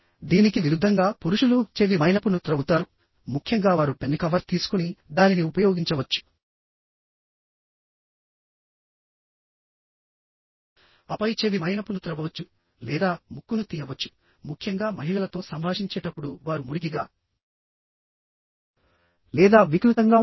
దీనికి విరుద్ధంగా పురుషులు చెవి మైనపును త్రవ్వుతారు ముఖ్యంగా వారు పెన్ కవర్ తీసుకొని దానిని ఉపయోగించవచ్చు ఆపై చెవి మైనపును త్రవ్వవచ్చు లేదా ముక్కును తీయవచ్చు ముఖ్యంగా మహిళలతో సంభాషించేటప్పుడు వారు మురికిగా లేదా వికృతంగా ఉండాలి